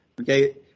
Okay